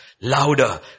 louder